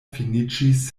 finiĝis